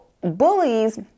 bullies